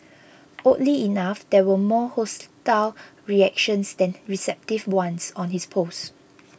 oddly enough there were more hostile reactions than receptive ones on his post